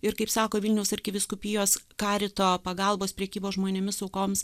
ir kaip sako vilniaus arkivyskupijos karito pagalbos prekybos žmonėmis aukoms